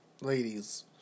ladies